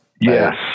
yes